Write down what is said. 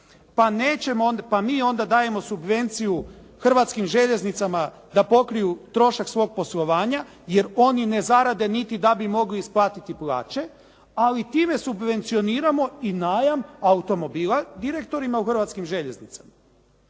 Pa mi onda dajemo subvenciju Hrvatskim željeznicama da pokriju trošak svog poslovanja, jer oni ne zarade niti da bi mogli isplatiti plaće, ali time subvencioniramo i najam automobila direktorima u Hrvatskim željeznicama.